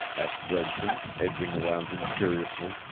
asked gregson, edging around him curiously.